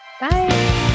Bye